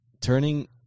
turning